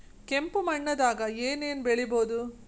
ಕೆಂಪು ಮಣ್ಣದಾಗ ಏನ್ ಏನ್ ಬೆಳಿಬೊದು?